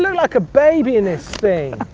like a baby in this thing.